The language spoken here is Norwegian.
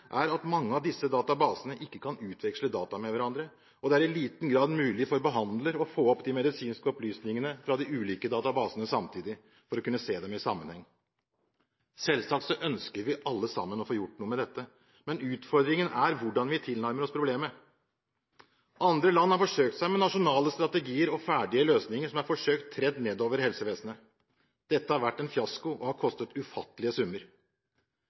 er at mange av disse databasene ikke kan utveksle data med hverandre, og det er i liten grad mulig for behandler å få opp de medisinske opplysningene fra de ulike databasene samtidig for å kunne se dem i sammenheng. Selvsagt ønsker vi alle å få gjort noe med dette, men utfordringen er hvordan vi tilnærmer oss problemet. Andre land har forsøkt seg med nasjonale strategier og ferdige løsninger som er forsøkt trædd ned over helsevesenet. Det har vært en fiasko og har kostet ufattelige summer.